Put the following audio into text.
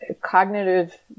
cognitive